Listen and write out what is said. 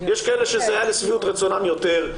יש כאלה שזה היה לשביעות רצונם יותר,